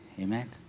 Amen